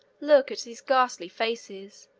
look at these ghastly faces,